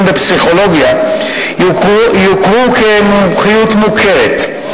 בפסיכולוגיה יוכרו כמומחיות מוכרת.